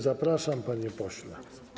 Zapraszam, panie pośle.